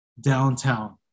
downtown